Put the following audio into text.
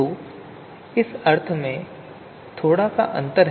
तो इस अर्थ में यह थोड़ा सा अंतर है